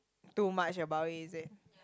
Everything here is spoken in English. too much about it is it